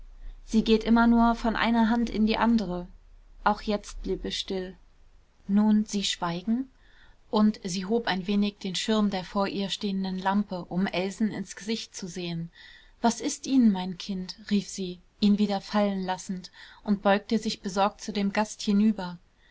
sie geht immer nur von einer hand in die andere auch jetzt blieb es still nun sie schweigen und sie hob ein wenig den schirm der vor ihr stehenden lampe um elsen ins gesicht zu sehen was ist ihnen mein kind rief sie ihn wieder fallen lassend und beugte sich besorgt zu dem gast hinüber